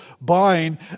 buying